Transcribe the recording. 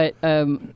but-